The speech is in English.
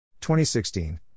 2016